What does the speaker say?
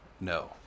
no